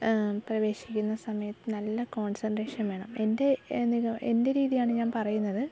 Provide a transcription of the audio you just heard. പ്രവേശിക്കുന്ന സമയത്ത് നല്ല കോൺസൻറ്റ്റേഷൻ വേണം എൻ്റെ നിഗമനം എൻ്റെ രീതിയാണ് ഞാൻ പറയുന്നത്